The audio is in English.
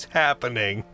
happening